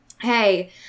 hey